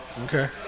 Okay